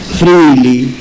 freely